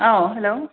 hello